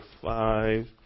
five